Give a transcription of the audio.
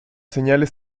señales